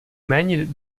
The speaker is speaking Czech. méně